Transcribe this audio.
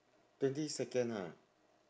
twenty second ha